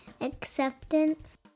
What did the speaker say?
acceptance